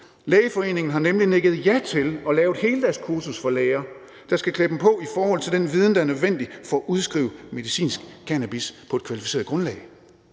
Lægeforeningen har nemlig nikket ja til at lave et heldagskursus for læger, der skal klæde dem på i forhold til den viden, der er nødvendig for at udskrive medicinsk cannabis på et kvalificeret grundlag.